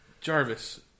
Jarvis